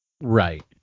Right